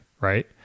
right